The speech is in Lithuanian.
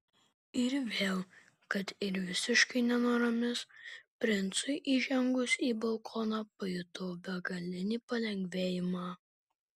ir vėl kad ir visiškai nenoromis princui įžengus į balkoną pajutau begalinį palengvėjimą